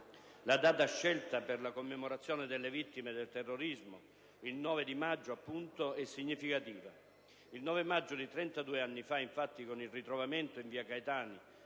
La data scelta per la commemorazione delle vittime del terrorismo, il 9 maggio, appunto, è significativa. Il 9 maggio di 32 ani fa, infatti, con il ritrovamento in Via Caetani